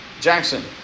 Jackson